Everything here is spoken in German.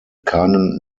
keinen